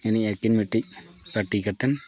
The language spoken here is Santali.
ᱮᱱᱮᱡ ᱟᱹᱠᱤᱱ ᱢᱤᱫᱴᱤᱡ ᱟᱸᱴᱤ ᱠᱟᱛᱮᱫ